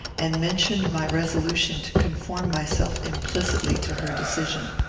and mentioned my resolution to conform myself implicitly to her decision.